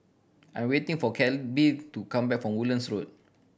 I'm waiting for Kelby to come back from Woodlands Road